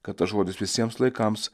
kad tas žodis visiems laikams